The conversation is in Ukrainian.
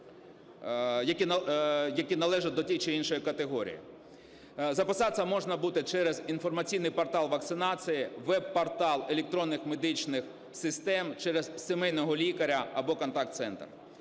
які належать до тієї чи іншої категорії. Записатися можна буде через інформаційний портал вакцинації, веб-портал електронних медичних систем, через сімейного лікаря або контакт-центр.